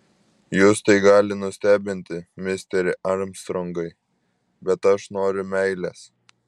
jus tai gali nustebinti misteri armstrongai bet aš noriu meilės